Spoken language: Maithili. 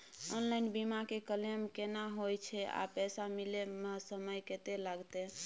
ऑनलाइन बीमा के क्लेम केना होय छै आ पैसा मिले म समय केत्ते लगतै?